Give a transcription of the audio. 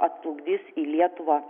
atplukdys į lietuvą